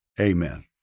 amen